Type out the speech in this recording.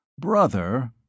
Brother